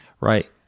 Right